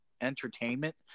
entertainment